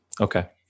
Okay